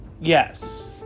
Yes